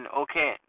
okay